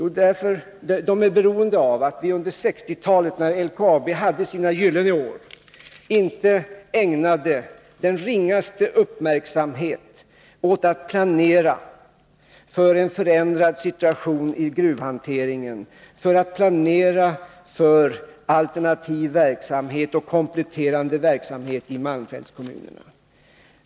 Jo, de är beroende av att man under 1960-talet, när LKAB hade sina gyllene år, inte ägnade den ringaste uppmärksamhet åt att planera för en förändrad situation i gruvhanteringen, att planera för alternativ verksamhet och kompletterande verksamhet i malmfältskommunerna.